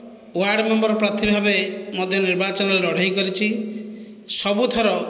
ward member ପ୍ରାର୍ଥୀ ଭାବେ ମଧ୍ୟ ନିର୍ବାଚନରେ ଲଢ଼େଇ କରିଛି ସବୁଥର